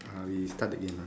I start again ah